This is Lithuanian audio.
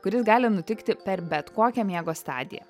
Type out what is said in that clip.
kuris gali nutikti per bet kokią miego stadiją